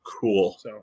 Cool